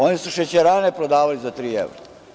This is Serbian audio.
Oni su šećerane prodavali za tri evra.